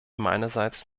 meinerseits